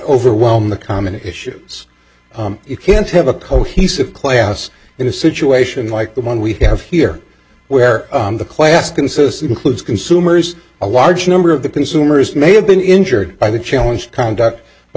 overwhelm the common issue you can't have a cohesive class in a situation like the one we have here where the class consists includes consumers a large number of the consumers may have been injured by the challenge conduct but